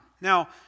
Now